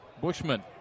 Bushman